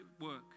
work